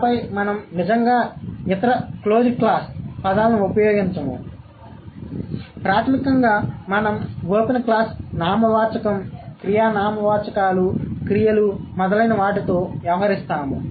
ఆపై మనం నిజంగా ఇతర క్లోజ్డ్ క్లాస్ పదాలను ఉపయోగించము ప్రాథమికంగా మనం ఓపెన్ క్లాస్ నామవాచకం క్రియ నామవాచకాలు క్రియలు మొదలైన వాటితో వ్యవహరిస్తాము